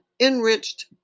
enriched